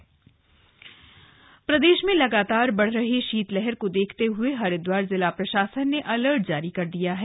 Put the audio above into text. मौसम प्रदेश में लगातार बढ़ रहे शीतलहर को देखते हुए हरिदवार जिला प्रशासन ने अलर्ट जारी कर दिया है